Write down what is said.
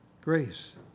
Grace